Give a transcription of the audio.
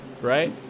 right